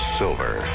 silver